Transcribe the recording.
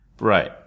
Right